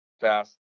fast